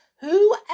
Who